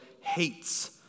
hates